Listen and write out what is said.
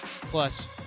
plus